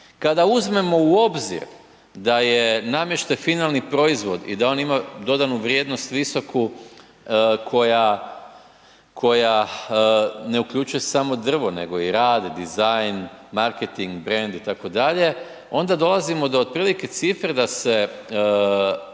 Kada uzmemo u obzir da je namještaj finalni proizvod i da on ima dodanu vrijednost visoku koja ne uključuje samo drvo nego i rad, dizajn, marketing, brand itd., onda dolazimo do otprilike cifre da se